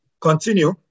Continue